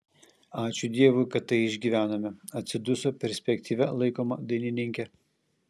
ačiū dievui kad tai išgyvenome atsiduso perspektyvia laikoma dainininkė